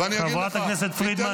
זה עדיף מצוללת.